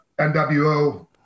NWO